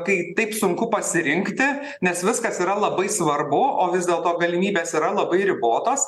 kai taip sunku pasirinkti nes viskas yra labai svarbu o vis dėlto galimybės yra labai ribotos